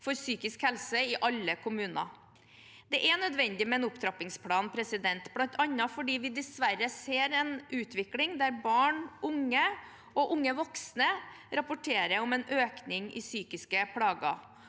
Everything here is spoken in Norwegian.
for psykisk helse i alle kommuner. Det er nødvendig med en opptrappingsplan, bl.a. fordi vi dessverre ser en utvikling der barn, unge og unge voksne rapporterer om en økning i psykiske plager.